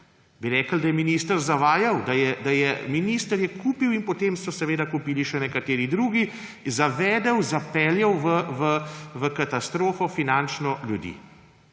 Bi rekli, da je minister zavajal, da je minister kupil in potem so seveda kupili še nekateri drugi, zavedel, zapeljal v finančno katastrofo ljudi?